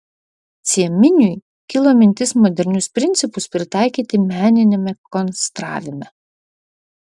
cieminiui kilo mintis modernius principus pritaikyti meniniame konstravime